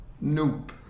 Nope